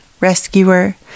Rescuer